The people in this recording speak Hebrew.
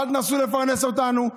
אל תנסו לפרנס אותנו,